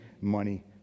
money